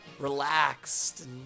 relaxed